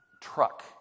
truck